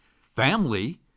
family